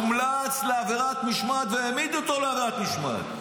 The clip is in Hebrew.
הוא הומלץ לעבירת משמעת והעמידו אותו על עבירת משמעת.